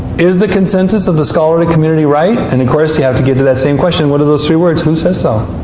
is the consensus of the scholarly community right? and of course, you have to get to that same question. what are those three words? who says so?